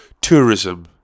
Tourism